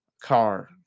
car